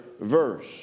verse